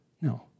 No